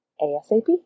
ASAP